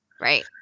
Right